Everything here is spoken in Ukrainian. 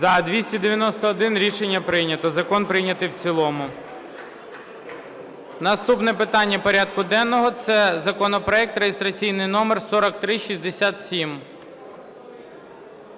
За-291 Рішення прийнято. Закон прийнятий в цілому. Наступне питання порядку денного - це законопроект реєстраційний номер 4367.